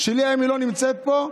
שלי היום לא נמצאת פה,